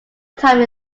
time